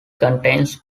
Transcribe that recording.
contains